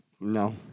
No